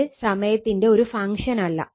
അത് സമയത്തിന്റെ ഒരു ഫംഗ്ഷൻ അല്ല